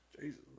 Jesus